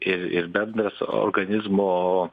ir ir bendras organizmo